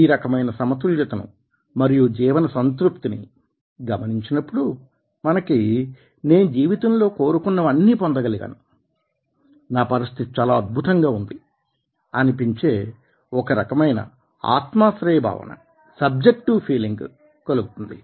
ఈ రకమైన సమతుల్యతను మరియు జీవన సంతృప్తిని గమనించినప్పుడు మనకి నేను జీవితంలో కోరుకున్నవన్నీ పొందగలిగాను నా పరిస్థితి చాలా అద్భుతంగా ఉంది అనిపించే ఒక రకమైన ఆత్మాశ్రయ భావన సబ్జెక్టివ్ ఫీలింగ్ కలుగుతుంది